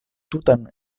tutan